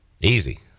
Easy